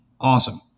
Awesome